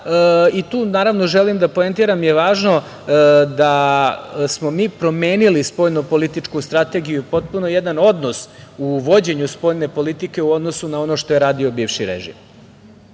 i tu želim da poentiram, važno da smo mi promenili spoljnopolitičku strategiju i potpuno jedan odnos u vođenje spoljne politike u odnosu na ono što je radio bivši režim.